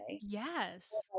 Yes